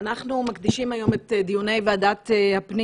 אנחנו מקדישים היום את דיוני ועדת הפנים